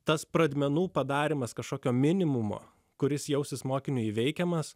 tas pradmenų padarymas kažkokio minimumo kuris jausis mokiniui įveikiamas